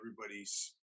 everybody's